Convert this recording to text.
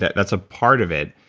that's a part of it.